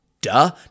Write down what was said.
duh